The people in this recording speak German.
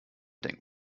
denken